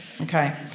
Okay